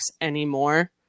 anymore